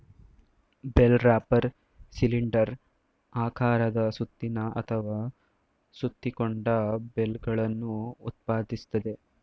bale wrapper cylinder ಆಕಾರದ ಸುತ್ತಿನ ಅಥವಾ ಸುತ್ತಿಕೊಂಡ ಬೇಲ್ಗಳನ್ನು ಉತ್ಪಾದಿಸ್ತದೆ